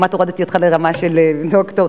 כמעט הורדתי אותך לרמה של דוקטור,